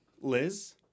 Liz